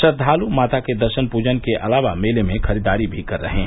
श्रद्वालू माता के दर्शन पूजन के अलावा मेले में खरीददारी भी कर रहे हैं